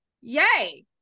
Yay